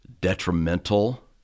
detrimental